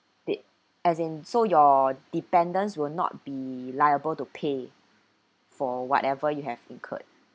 the as in so your dependents will not be liable to pay for whatever you have incurred